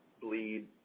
bleed